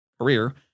career